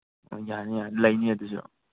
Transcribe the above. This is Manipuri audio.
ꯌꯥꯅꯤ ꯌꯥꯅꯤ ꯂꯩꯅꯤ ꯑꯗꯨꯁꯨ